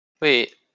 wait